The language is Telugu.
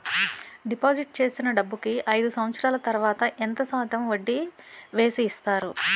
డిపాజిట్ చేసిన డబ్బుకి అయిదు సంవత్సరాల తర్వాత ఎంత శాతం వడ్డీ వేసి ఇస్తారు?